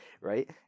right